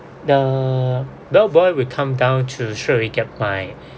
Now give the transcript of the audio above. the bell boy will come down to straight away get my